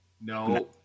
No